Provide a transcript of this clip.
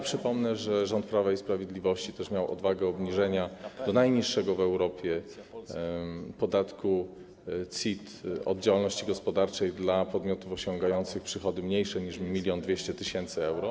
Przypomnę, że rząd Prawa i Sprawiedliwości też miał odwagę obniżenia do najniższego w Europie podatku CIT od działalności gospodarczej dla podmiotów osiągających przychody mniejsze niż 1200 tys. euro.